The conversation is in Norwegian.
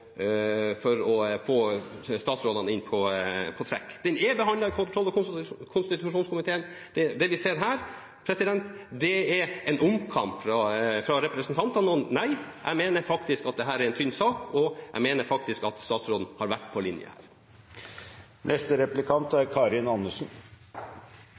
få statsrådene inn på «track». Den er behandlet i kontroll- og konstitusjonskomiteen. Det vi ser her, er en omkamp fra representantene, og – nei! – jeg mener faktisk at dette er en tynn sak, og jeg mener faktisk at statsråden har vært på linje.